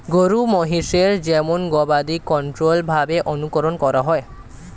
গরু মহিষের যেমন গবাদি কন্ট্রোল্ড ভাবে অনুকরন করা হয়